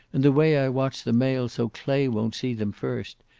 and the way i watch the mail so clay won't see them first.